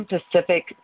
Pacific